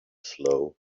slow